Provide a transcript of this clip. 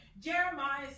Jeremiah